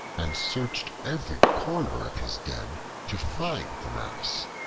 and searched every corner of his den to find the mouse.